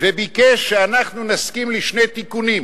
וביקש שאנחנו נסכים לשני תיקונים.